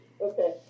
Okay